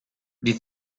wir